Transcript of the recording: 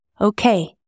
okay